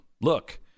look